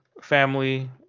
family